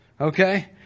okay